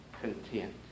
content